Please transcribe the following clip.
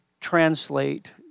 translate